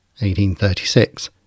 1836